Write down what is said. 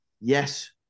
Yes